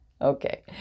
Okay